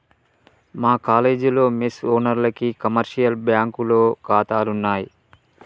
మా కాలేజీలో మెస్ ఓనర్లకి కమర్షియల్ బ్యాంకులో ఖాతాలున్నయ్